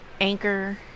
Anchor